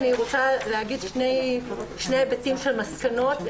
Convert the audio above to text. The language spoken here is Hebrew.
אני רוצה להגיד שני היבטים של מסקנות,